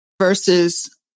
versus